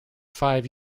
five